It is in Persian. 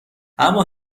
اما